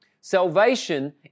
Salvation